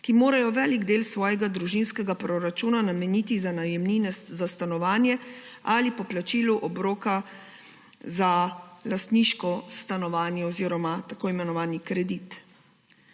ki morajo velik del svojega družinskega proračuna nameniti za najemnine za stanovanje ali poplačilo obroka za lastniško stanovanje oziroma kredit.